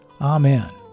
Amen